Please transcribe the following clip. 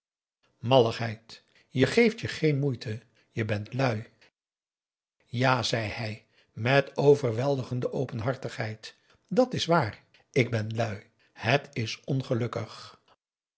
malligheid je geeft je geen moeite je bent lui ja zei hij met overweldigende openhartigheid dat is waar ik ben lui het is ongelukkig